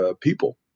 people